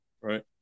right